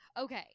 Okay